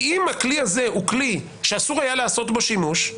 אם הכלי הזה הוא כלי שאסור היה לעשות בו שימוש,